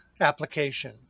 application